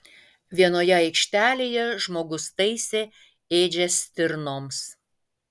vienoje aikštelėje žmogus taisė ėdžias stirnoms